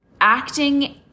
acting